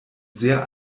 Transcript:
sehr